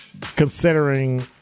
considering